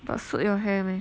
but suit your hair meh